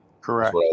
correct